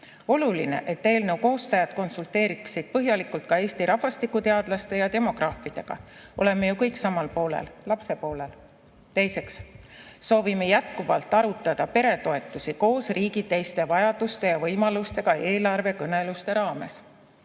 Oluline, et eelnõu koostajad konsulteeriksid põhjalikult ka Eesti rahvastikuteadlaste ja demograafidega. Oleme ju kõik samal poolel – lapse poolel." Teiseks, soovime jätkuvalt arutada peretoetusi koos riigi teiste vajaduste ja võimalustega eelarvekõneluste raames.